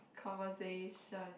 conversation